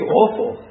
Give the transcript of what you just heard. awful